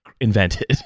invented